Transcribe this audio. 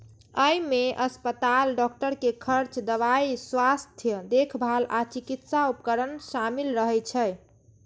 अय मे अस्पताल, डॉक्टर के खर्च, दवाइ, स्वास्थ्य देखभाल आ चिकित्सा उपकरण शामिल रहै छै